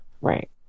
Right